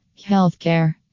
Healthcare